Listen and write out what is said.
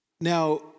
Now